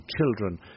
children